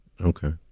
Okay